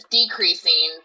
decreasing